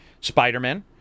Spider-Man